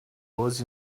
was